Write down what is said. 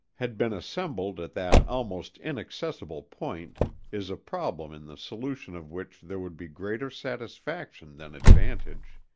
had been assembled at that almost inaccessible point is a problem in the solution of which there would be greater satisfaction than advantage.